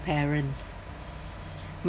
parents